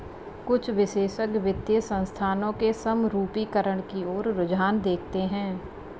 कुछ विशेषज्ञ वित्तीय संस्थानों के समरूपीकरण की ओर रुझान देखते हैं